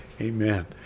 Amen